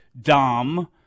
Dom